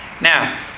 Now